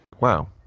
wow